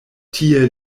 tie